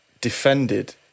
defended